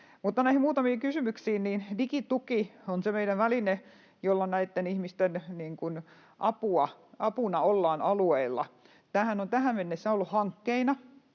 Mutta näihin muutamiin kysymyksiin: Digituki on se meidän väline, jolla näitten ihmisten apuna ollaan alueilla. Tämähän on tähän mennessä ollut hankkeina,